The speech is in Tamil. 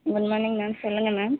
குட் மார்னிங் மேம் சொல்லுங்கள் மேம்